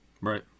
Right